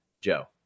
Joe